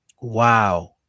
Wow